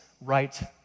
right